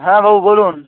হ্যাঁ বাবু বলুন